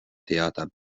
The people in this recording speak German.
theater